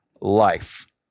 life